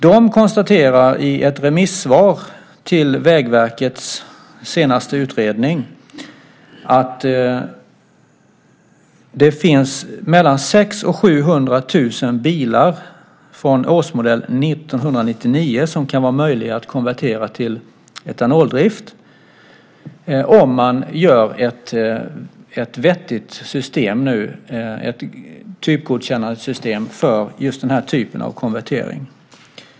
De konstaterar i ett remissvar till Vägverkets senaste utredning att det finns mellan 600 000 och 700 000 bilar av årsmodell 1999 som kan vara möjliga att konvertera till etanoldrift om man gör ett vettigt system, ett typgodkännandesystem för just den här typen av konvertering.